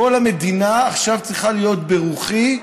כל המדינה עכשיו צריכה להיות ברוחי,